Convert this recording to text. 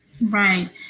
Right